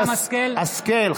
השכל,